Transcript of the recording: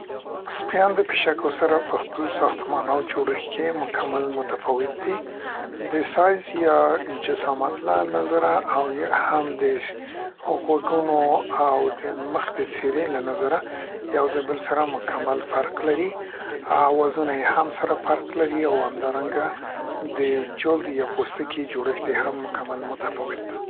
سپیان له پیشکو سره په خپل ساختمان او جوړښت کې مکمل متفاوت دي. د سایز یا د جسامت له نظره او یا هم د غوږنو او د مخ د څېرې له نظره یو د بل سره مکمل فرق لري اه وازونه یې هم سره فرق لري او همدارنګه د جلد یا پوستکي جوړښت یې هم مکمل متفاوت ده.